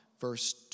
verse